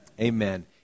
amen